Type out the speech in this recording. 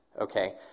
okay